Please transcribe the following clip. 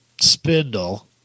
spindle